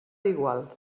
igual